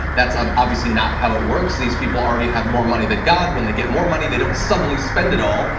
that's um obviously not how it works. these people already have more money than god. when they get more money, they don't suddenly spend it all.